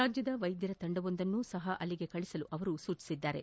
ರಾಜ್ಯದ ವೈದ್ಯರ ತಂಡವೊಂದನ್ನೂ ಸಹ ಅಲ್ಲಿಗೆ ಕಳುಹಿಸಲು ಅವರು ಸೂಚಿಸಿದ್ದಾರೆ